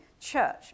church